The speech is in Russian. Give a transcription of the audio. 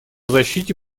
защите